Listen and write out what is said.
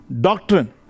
doctrine